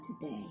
today